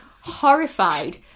horrified